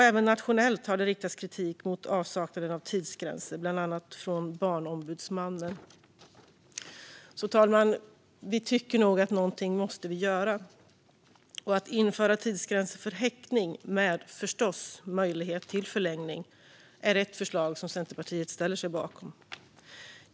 Även nationellt har det riktats kritik mot avsaknaden av tidsgränser, bland annat från Barnombudsmannen. Vi tycker nog alltså att någonting måste göras, fru talman. Att införa tidsgränser för häktning, förstås med möjlighet till förlängning, är ett förslag som Centerpartiet ställer sig bakom.